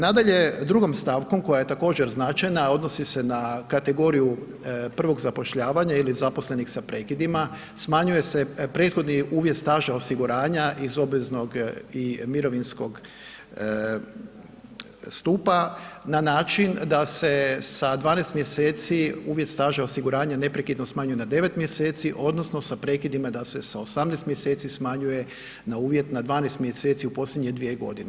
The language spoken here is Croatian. Nadalje, drugom stavkom koja je također značajna, a odnosi se na kategoriju prvog zapošljavanja ili zaposlenih sa prekidima, smanjuje se prethodni uvjet staža osiguranja iz obveznog i mirovinskog stupa, na način da se sa 12 mjeseci uvjet staža osiguranja neprekidno smanjuje na 9 mjeseci odnosno sa prekidima da se sa 18 mjeseci smanjuje na uvjet na 12 mjeseci u posljednje 2 godine.